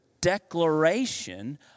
declaration